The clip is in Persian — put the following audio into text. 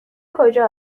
کجا